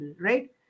right